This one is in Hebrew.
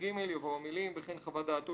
ו-(ג)" יבואו המילים: "וכן חוות דעתו